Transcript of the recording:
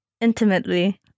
Intimately